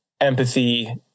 empathy